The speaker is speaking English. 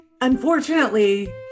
unfortunately